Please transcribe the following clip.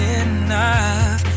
enough